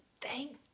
Thank